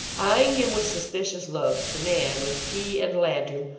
eyeing him with suspicious looks, the man, with key and lantern,